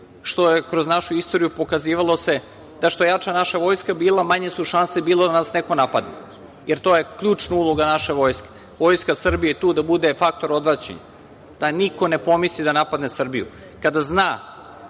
što je kroz našu istoriju pokazivalo se da je što je jača voska bila, manje su šanse bile da nas neko napadne, jer to je ključna uloga naše vojske. Vojska Srbije je tu da bude faktor odvraćanja, da niko ne pomisli da napadne Srbiju.